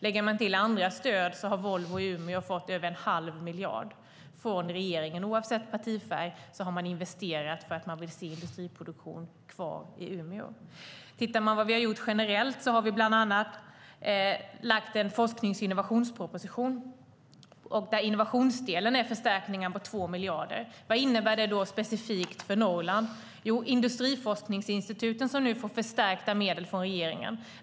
Tillsammans med andra stöd har Volvo i Umeå fått över en halv miljard från regeringen. Oavsett partifärg har man investerat för att man vill se industriproduktion kvar i Umeå. Generellt har vi bland annat lagt fram en forsknings och innovationsproposition där innovationsdelen får en förstärkning på 2 miljarder. Vad innebär det specifikt för Norrland? Jo, industriforskningsinstituten får en förstärkning av medlen från regeringen.